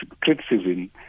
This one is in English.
criticism